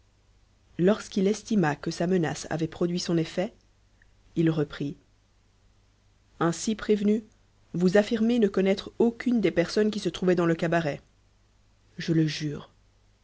lorsqu'il estima que sa menace avait produit son effet il reprit ainsi prévenu vous affirmez ne connaître aucune des personnes qui se trouvaient dans le cabaret je le jure